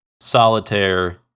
solitaire